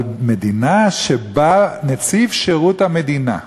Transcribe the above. אבל מדינה שבה נציב שירות המדינה,